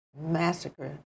massacre